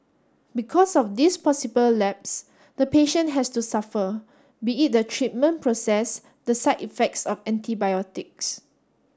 because of this possible lapse the patient has to suffer be it the treatment process the side effects of antibiotics